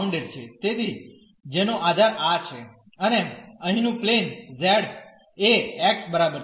તેથી જેનો આધાર આ છે અને અહીંનું પ્લેન z એ x બરાબર છે